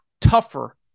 tougher